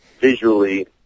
visually